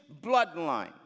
bloodline